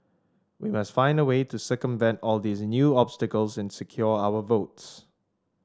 we must find a way to circumvent all these new obstacles and secure our votes